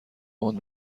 تند